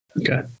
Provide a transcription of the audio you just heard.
Okay